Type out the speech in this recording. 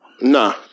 Nah